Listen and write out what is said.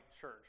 church